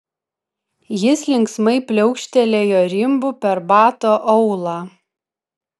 jis linksmai pliaukštelėjo rimbu per bato aulą